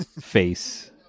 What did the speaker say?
face